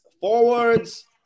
forwards